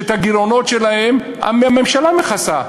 ואת הגירעונות שלהן הממשלה מכסה.